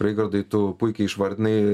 reigardai tu puikiai išvardinai